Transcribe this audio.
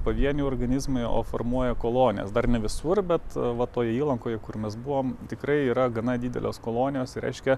pavieniai organizmai o formuoja kolonijas dar ne visur bet va toje įlankoje kur mes buvom tikrai yra gana didelės kolonijos ir reiškia